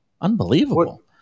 Unbelievable